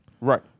Right